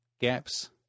Gaps